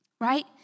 Right